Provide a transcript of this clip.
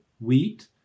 wheat